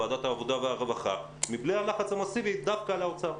ועדת העבודה והרווחה מבלי הלחץ המסיבי דווקא על האוצר.